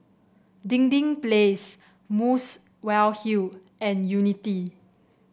Dinding Place Muswell Hill and Unity